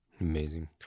Amazing